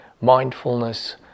mindfulness